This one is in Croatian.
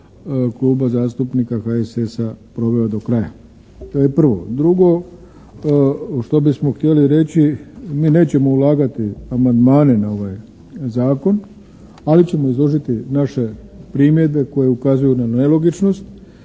Kluba zastupnika HSS-a proveo do kraja. To je prvo. Drugo, što bismo htjeli reći, mi nećemo ulagati amandmane na ovaj zakon, ali ćemo izložiti naše primjedbe koje ukazuju na nelogičnost,